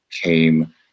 came